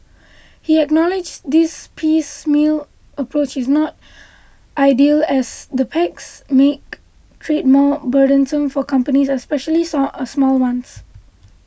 he acknowledged this piecemeal approach is not ideal as the pacts make trade more burdensome for companies especially song a small ones